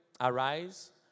arise